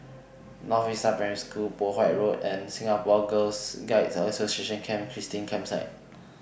North Vista Primary School Poh Huat Road and Singapore Girl Guides Association Camp Christine Campsite